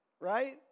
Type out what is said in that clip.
right